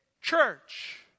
church